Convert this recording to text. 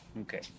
Okay